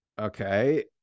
okay